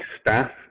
staff